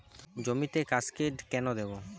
জমিতে কাসকেড কেন দেবো?